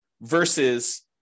versus